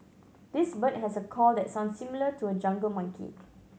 this bird has a call that sounds similar to a jungle monkey